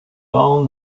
all